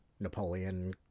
Napoleon